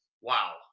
Wow